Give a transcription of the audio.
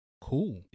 cool